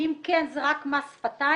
ואם כן - זה רק מס שפתיים.